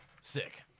Sick